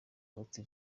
uti